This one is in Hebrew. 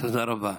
תודה רבה.